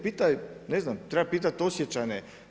Pitaj, ne znam, treba birati osjećanje.